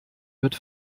wird